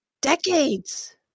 decades